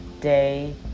day